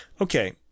Okay